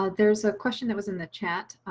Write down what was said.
ah there's a question that was in the chat.